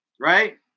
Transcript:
Right